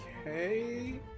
Okay